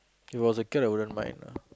it was a cat I wouldn't mind lah